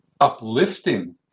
uplifting